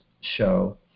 show